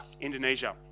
Indonesia